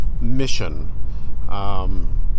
mission